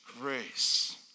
grace